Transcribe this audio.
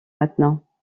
maintenant